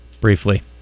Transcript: briefly